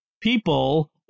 people